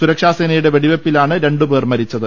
സുരക്ഷാ സേനയുടെ വെടിവെപ്പിലാണ് രണ്ടുപേർ മരിച്ചത്